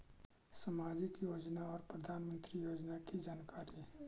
समाजिक योजना और प्रधानमंत्री योजना की जानकारी?